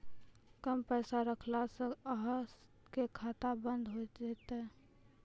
कम पैसा रखला से अहाँ के खाता बंद हो जैतै?